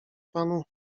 panu